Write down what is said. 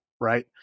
right